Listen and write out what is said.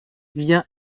via